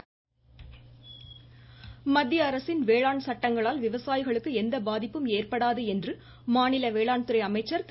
துரைக்கண்ணு மத்திய அரசின் வேளாண் சட்டங்களால் விவசாயிகளுக்கு எந்த பாதிப்பும் ஏற்படாது என்று மாநில வேளாண்துறை அமைச்சர் திரு